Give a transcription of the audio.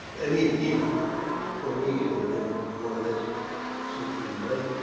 i mean, even for me and i'm more or less secular mind.